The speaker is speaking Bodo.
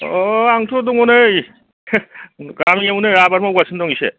अ' आंथ' दङ नै गामिआवनो आबाद मावगासिनो दं एसे